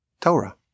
Torah